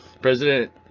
President